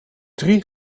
drie